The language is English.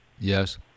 Yes